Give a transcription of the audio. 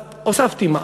אז הוספתי מע"מ,